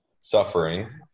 suffering